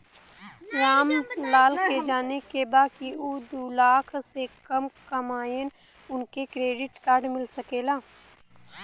राम लाल के जाने के बा की ऊ दूलाख से कम कमायेन उनका के क्रेडिट कार्ड मिल सके ला?